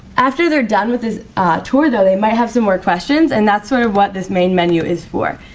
after their done with this tour though they might have some more questions and that's sort of what this main menu is for.